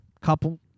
couple